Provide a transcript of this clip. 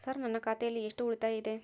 Sir ನನ್ನ ಖಾತೆಯಲ್ಲಿ ಎಷ್ಟು ಉಳಿತಾಯ ಇದೆ?